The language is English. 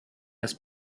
has